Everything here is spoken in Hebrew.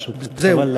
חבל להמשיך.